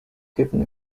given